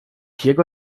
jego